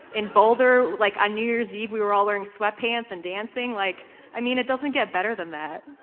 in boulder, like on new year's eve, we were all wearing sweatpants and dancing. like i mean it doesn't get better than that